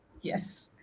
Yes